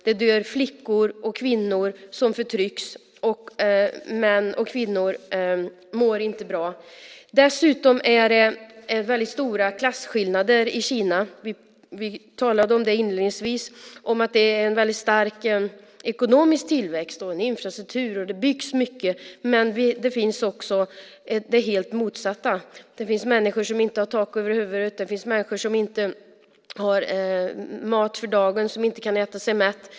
Det dör flickor och kvinnor som förtrycks. Män och kvinnor mår inte bra. Dessutom är det stora klasskillnader i Kina. Vi talade inledningsvis om att det är en stark ekonomisk tillväxt, det är infrastruktur och det byggs mycket. Men det finns också det helt motsatta. Det finns människor som inte har tak över huvudet. Det finns människor som inte har mat för dagen och inte kan äta sig mätta.